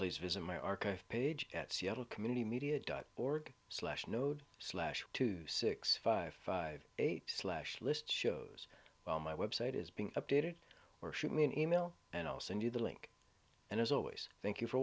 please visit my archive page at seattle community media dot org slash node slash two six five five eight slash list shows well my website is being updated or shoot me an email and i'll send you the link and as always thank you for